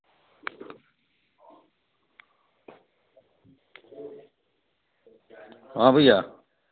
हाँ भैया